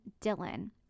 Dylan